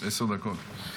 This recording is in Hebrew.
עשר דקות.